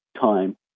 time